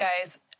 guys